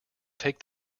take